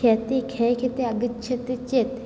क्षतिः ख्याय क्षतिः आगच्छति चेत्